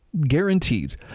Guaranteed